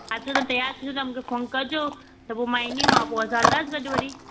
अचो त तयारु थियो त मुंखे फ़ोन कजो त पो मां ईंदीमांव पो असां हलदासि सॼो ॾीं